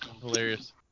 hilarious